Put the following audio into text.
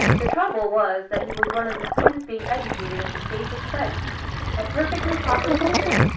the trouble was that he was one of the students being educated at the state's expense a perfectly proper system,